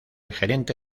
gerente